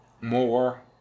more